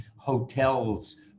hotels